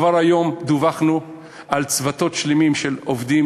כבר היום דווחנו על צוותים שלמים של עובדים